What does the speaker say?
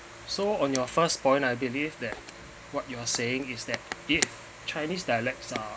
so on your first point I believe that what you're saying is that if chinese dialects are